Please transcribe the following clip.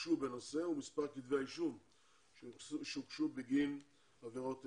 שהוגשו בנושא ומספר כתבי האישום שהוגשו בגין עבירות אלו.